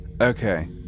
Okay